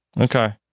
Okay